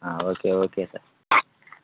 okay okay sir